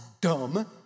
dumb